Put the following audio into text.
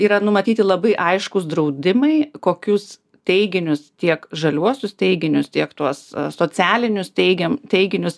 yra numatyti labai aiškūs draudimai kokius teiginius tiek žaliuosius teiginius tiek tuos socialinius teigiam teiginius